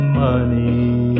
money